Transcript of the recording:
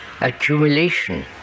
accumulation